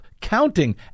counting